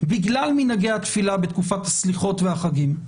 בגלל מנהגי התפילה בתקופת הסליחות והחגים.